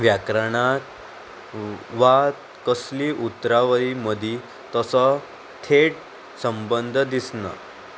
व्याकरणाक वा कसलीय उतरावरी मदीं तसो थेट संबंद दिसना